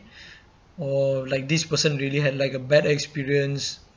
oh like this person really had like a bad experience